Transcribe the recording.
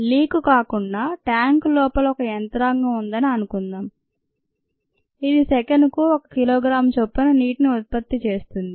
leak కాకుండా tank లోపల ఒక యంత్రాంగం ఉందని అనుకుందాం ఇది సెకనుకు 1 కిలోగ్రాము చొప్పున నీటిని ఉత్పత్తి చేస్తుంది